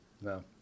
No